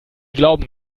glauben